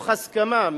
מתוך הסכמה,